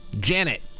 Janet